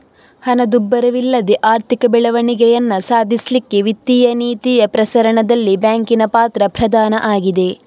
ಹಣದುಬ್ಬರವಿಲ್ಲದೆ ಆರ್ಥಿಕ ಬೆಳವಣಿಗೆಯನ್ನ ಸಾಧಿಸ್ಲಿಕ್ಕೆ ವಿತ್ತೀಯ ನೀತಿಯ ಪ್ರಸರಣದಲ್ಲಿ ಬ್ಯಾಂಕಿನ ಪಾತ್ರ ಪ್ರಧಾನ ಆಗಿದೆ